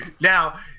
Now